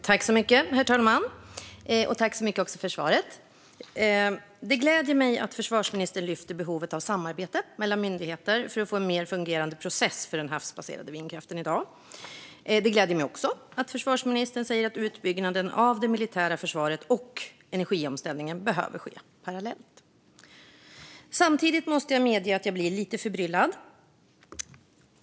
Herr talman! Jag tackar så mycket för svaret. Det gläder mig att försvarsministern lyfter fram behovet av att myndigheter samarbetar för att få en bättre fungerande process för den havsbaserade vindkraften. Det gläder mig också att försvarsministern säger att utbyggnaden av det militära försvaret och energiomställningen behöver ske parallellt. Samtidigt måste jag medge att jag blir lite förbryllad.